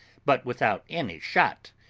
but without any shot,